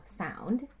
sound